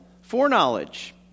foreknowledge